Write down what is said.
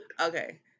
Okay